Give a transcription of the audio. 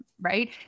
right